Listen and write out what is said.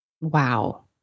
Wow